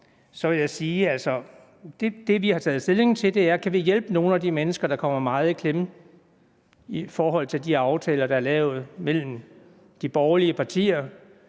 Så vil jeg sige, at det, vi har taget stilling til, er, om vi kan hjælpe nogle af de mennesker, der kommer meget i klemme på grund af den aftale om at skære i dagpengene, der er lavet mellem de borgerlige partier.